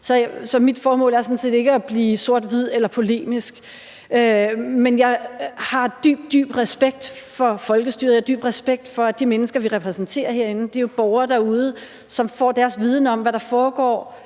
Så mit formål er sådan set ikke at blive sort-hvid eller polemisk. Jeg har dyb, dyb respekt for folkestyret. Jeg har dyb respekt for, at de mennesker, vi repræsenterer herinde, er borgerne derude, som får deres viden om, hvad der foregår,